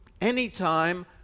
anytime